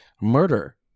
Murder